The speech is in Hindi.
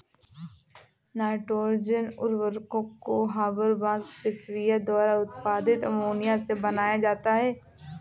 नाइट्रोजन उर्वरकों को हेबरबॉश प्रक्रिया द्वारा उत्पादित अमोनिया से बनाया जाता है